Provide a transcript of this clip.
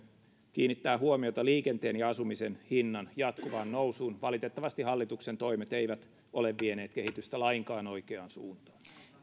kiinnittää huomiota liikenteen ja asumisen hinnan jatkuvaan nousuun valitettavasti hallituksen toimet eivät ole vieneet kehitystä lainkaan oikeaan suuntaan